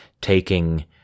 taking